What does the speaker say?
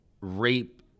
rape